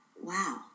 wow